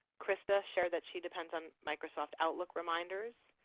christa shares that she depends on microsoft outlook reminders.